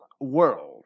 world